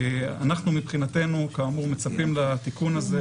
אנחנו מבחינתנו כאמור מצפים לתיקון הזה,